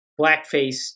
blackface